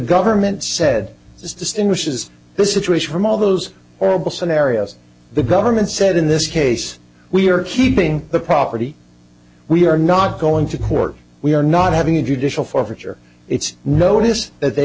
government said this distinguishes this situation from all those horrible scenarios the government said in this case we are keeping the property we are not going to court we are not having a judicial forfeiture its notice that they